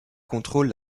contrôle